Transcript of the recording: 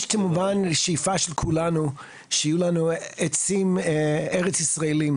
יש כמובן שאיפה של כולנו שיהיו לנו עצים ארץ-ישראלים.